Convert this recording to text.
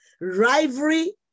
rivalry